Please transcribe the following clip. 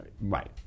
right